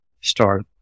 start